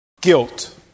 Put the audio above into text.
Guilt